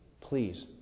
Please